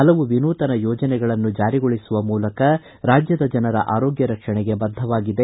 ಪಲವು ವಿನೂತನ ಯೋಜನೆಗಳನ್ನು ಜಾರಿಗೊಳಿಸುವ ಮೂಲಕ ರಾಜ್ಯದ ಜನರ ಆರೋಗ್ಯ ರಕ್ಷಣೆಗೆ ಬದ್ಧವಾಗಿದೆ